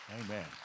Amen